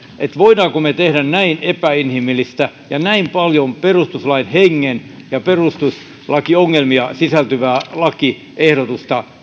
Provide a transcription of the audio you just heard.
että voimmeko me hyväksyä tässä salissa näin epäinhimillistä ja näin paljon perustuslain hengen vastaista ja perustuslakiongelmia sisältävää lakiehdotusta